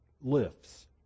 lifts